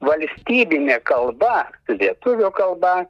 valstybinė kalba lietuvių kalba